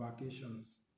vacations